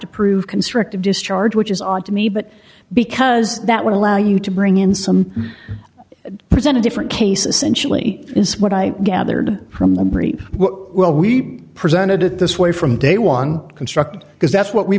to prove constructive discharge which is odd to me but because that would allow you to bring in some present a different case essentially is what i gathered from the brief well we presented it this way from day one constructed because that's what we